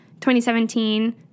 2017